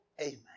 Amen